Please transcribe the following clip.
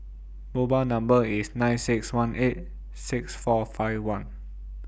mobile Number IS nine six one eight six four five one